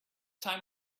time